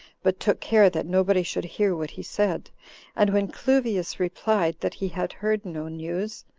but took care that nobody should hear what he said and when cluvius replied, that he had heard no news,